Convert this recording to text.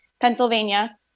Pennsylvania